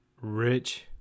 rich